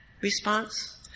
response